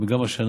וגם השנה,